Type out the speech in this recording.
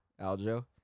Aljo